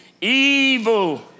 evil